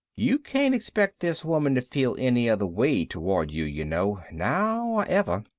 you can't expect this woman to feel any other way toward you, you know. now or ever.